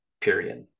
period